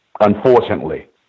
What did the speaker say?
unfortunately